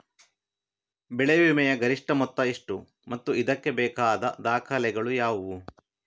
ಬೆಳೆ ವಿಮೆಯ ಗರಿಷ್ಠ ಮೊತ್ತ ಎಷ್ಟು ಮತ್ತು ಇದಕ್ಕೆ ಬೇಕಾದ ದಾಖಲೆಗಳು ಯಾವುವು?